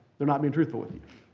they're not being truthful with you.